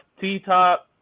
T-Top